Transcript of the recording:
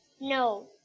No